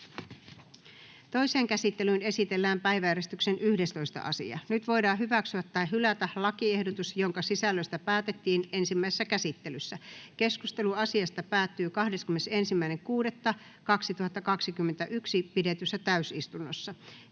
Toiseen käsittelyyn esitellään päiväjärjestyksen 11. asia. Nyt voidaan hyväksyä tai hylätä lakiehdotus, jonka sisällöstä päätettiin ensimmäisessä käsittelyssä. Keskustelu asiasta päättyi 21.6.2021 pidetyssä täysistunnossa.